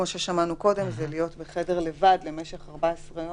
אחר כך